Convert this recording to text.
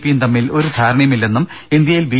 പിയും തമ്മിൽ ഒരു ധാരണയും ഇല്ലെന്നും ഇന്ത്യയിൽ ബി